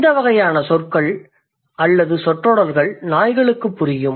இந்த வகையான சொற்கள் அல்லது சொற்றொடர்கள் நாய்களுக்குப் புரியும்